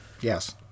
Yes